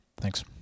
Thanks